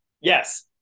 Yes